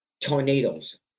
tornadoes